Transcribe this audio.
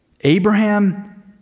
Abraham